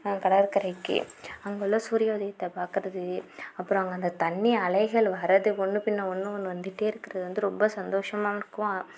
கடற்கரைக்கு அங்கே உள்ள சூரிய உதயத்தை பார்க்குறது அப்புறம் அங்கே அந்த தண்ணி அலைகள் வரது ஒன்று பின்னே ஒன்று ஒன்று வந்துட்டே இருக்கிறது வந்து ரொம்ப சந்தோஷமாகவும் இருக்கும்